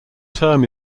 term